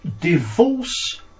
divorce